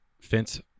fence